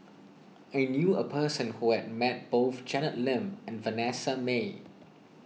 I knew a person who has met both Janet Lim and Vanessa Mae